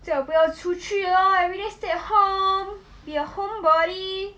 最好不要出去 lah everyday stay at home be a homebody